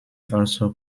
also